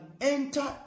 enter